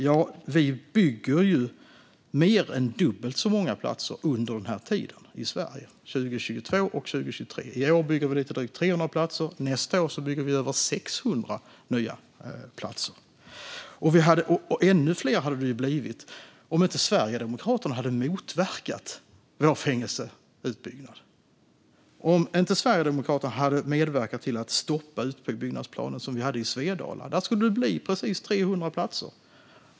I Sverige bygger vi mer än dubbelt så många platser under den här tiden, 2022 och 2023. I år bygger vi lite drygt 300 platser, och nästa år bygger vi över 600. Ännu fler skulle det ha blivit om inte Sverigedemokraterna hade motverkat vår fängelseutbyggnad. Sverigedemokraterna medverkade till att stoppa utbyggnadsplanerna i Svedala. Där skulle det ha blivit precis 300 platser.